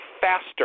faster